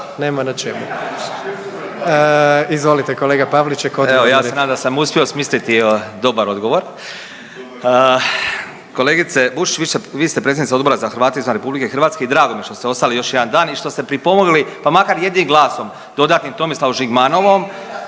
(Hrvatski suverenisti)** Evo ja se nadam da sam uspio smisliti dobar odgovor. Kolegice Bušić vi ste predsjednica Odbora za Hrvate izvan Republike Hrvatske i drago mi je što ste ostali još jedan dan i što ste pripomogli pa makar jednim glasom dodatnim Tomislavu Žigmanovu.